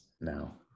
now